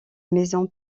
maison